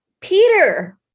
Peter